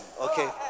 Okay